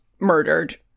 murdered